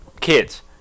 kids